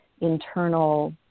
internal